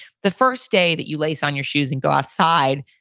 the first day that you lace on your shoes and go outside,